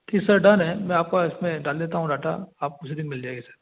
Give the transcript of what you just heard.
ठीक sir done है मैं आपका इसमें डाल देता हूँ डाटा आप कुछ दिन में मिल जाएगी सर